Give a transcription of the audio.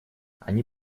они